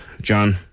John